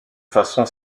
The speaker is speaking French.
façon